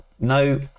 no